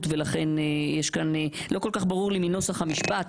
ולכן יש כאן לא כל כך ברור לי מנוסח המשפט,